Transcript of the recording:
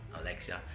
Alexa